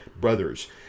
brothers